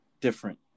different